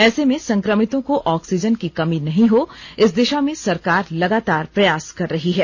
ऐसे में संक्रमितों को ऑक्सीजन की कमी नहीं हो इस दिशा में सरकार लगातार प्रयास कर रही है